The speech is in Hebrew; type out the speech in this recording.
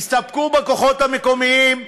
הסתפקו בכוחות המקומיים,